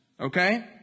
Okay